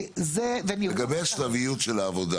לגבי השלביות של העבודה